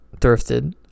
thrifted